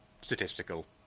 statistical